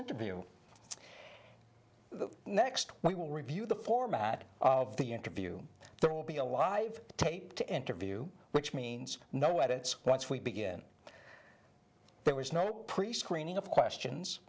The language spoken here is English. interview the next we will review the format of the interview there will be a live tape to interview which means no edits once we begin there is no prescreening of questions